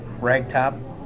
ragtop